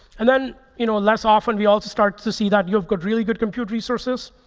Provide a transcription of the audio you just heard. and then you know less often, we also start to see that you've got really good compute resources.